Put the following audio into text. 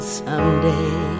someday